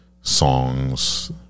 songs